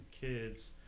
kids